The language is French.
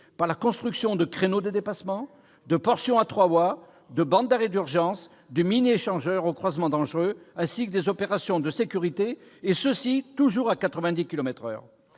par la construction de créneaux de dépassement, de portions à trois voies, ... Eh oui !... de bandes d'arrêt d'urgence et de mini-échangeurs aux croisements dangereux, ainsi que des opérations de sécurité, et toujours à 90 kilomètres